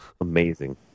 amazing